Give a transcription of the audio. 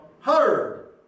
heard